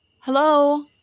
Hello